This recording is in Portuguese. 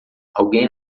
alguém